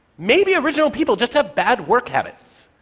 maybe original people just have bad work habits.